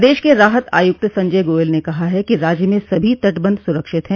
प्रदेश के राहत आयुक्त संजय गोयल ने राज्य में सभी तटबंध सुरक्षित हैं